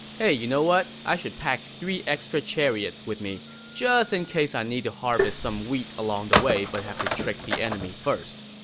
hey you know what, i should pack three extra chariots with me just in case i need to harvest some wheat along the but have to trick the enemy first.